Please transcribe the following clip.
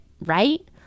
right